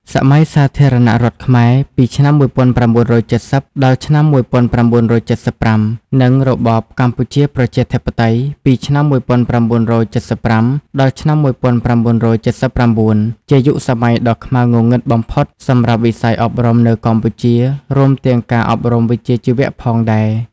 សម័យសាធារណរដ្ឋខ្មែរ ពីឆ្នាំ ១៩៧០ ដល់ឆ្នាំ ១៩៧៥ និងរបបកម្ពុជាប្រជាធិបតេយ្យ ពីឆ្នាំ ១៩៧៥ ដល់ឆ្នាំ ១៩៧៩ ជាយុគសម័យដ៏ខ្មៅងងឹតបំផុតសម្រាប់វិស័យអប់រំនៅកម្ពុជា រួមទាំងការអប់រំវិជ្ជាជីវៈផងដែរ។